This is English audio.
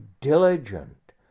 diligent